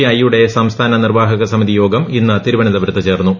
I യുടെ സംസ്ഥാന നിർവ്വാഹക സമിതി യോഗും ഇന്ന് തിരുവനന്തപുരത്ത് ചേർന്നു